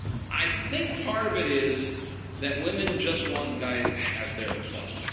i think part of it is that women just want guys to have their fun.